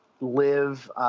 live